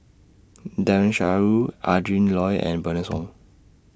Daren Shiau Adrin Loi and Bernice Wong